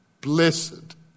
Blessed